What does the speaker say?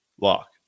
lock